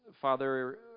Father